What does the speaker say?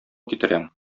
китерәм